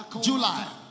July